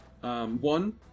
One